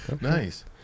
Nice